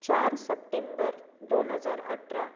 चार सप्टेंबर दोन हजार अठरा